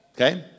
okay